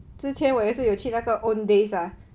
之前我也是有去那个 Owndays ah